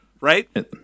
Right